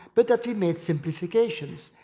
but that we made simplifications.